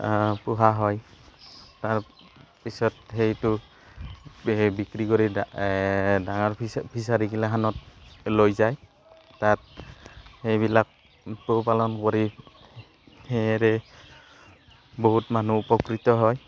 পোহা হয় তাৰপিছত সেইটো বিক্ৰী কৰি ডাঙৰ ফিচাৰীগিলাখনত লৈ যায় তাত সেইবিলাক পোহপালন কৰি সেয়াৰে বহুত মানুহ উপকৃত হয়